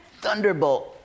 Thunderbolt